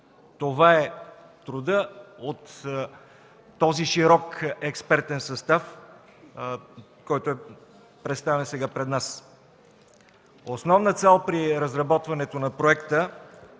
Това е трудът от този широк експертен състав, който е представен сега пред нас. Основна цел при разработването на проекта